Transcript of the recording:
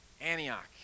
Antioch